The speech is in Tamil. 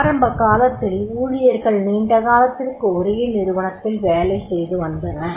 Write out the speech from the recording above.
ஆரம்ப காலத்தில் ஊழியர்கள் நீண்ட காலத்திற்கு ஒரே நிறுவனத்தில் வேலை செய்து வந்தனர்